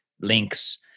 links